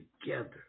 together